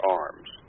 arms